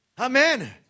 Amen